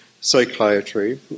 psychiatry